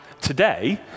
today